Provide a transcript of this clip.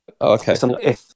okay